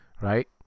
right